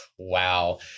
Wow